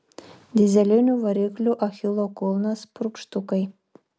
dyzelinių variklių achilo kulnas purkštukai